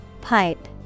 Pipe